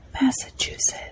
Massachusetts